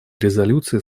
резолюции